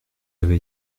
avait